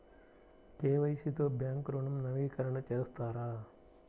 KYC తో bank ఋణం నవీకరణ చేస్తారా?